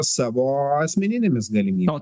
savo asmeninėmis galimybėm